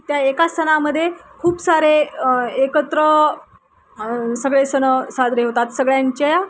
त्या एका सणामध्ये खूप सारे एकत्र सगळे सण साजरे होतात सगळ्यांच्या